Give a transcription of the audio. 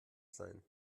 sein